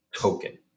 token